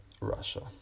Russia